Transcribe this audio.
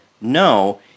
No